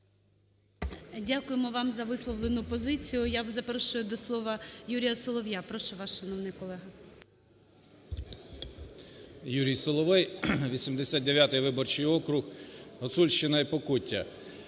Дякуємо вам за висловлену позицію. Я запрошую до слова Юрія Солов'я. Прошу вас, шановний колего. 11:22:42 СОЛОВЕЙ Ю.І. Юрій Соловей, 89 виборчий округ, Гуцульщина і Покуття.